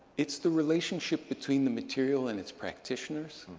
it's the relationship between the material and its practitioners,